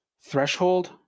threshold